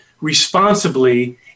responsibly